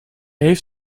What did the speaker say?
heeft